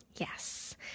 Yes